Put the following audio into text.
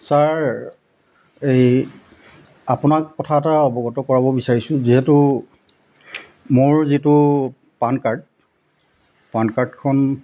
sir এই আপোনাক কথা এটা অৱগত কৰাব বিচাৰিছোঁ যিহেতু মোৰ যিটো পান কাৰ্ড পান কাৰ্ডখন